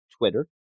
twitter